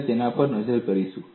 આપણે તેના પર એક નજર કરીશું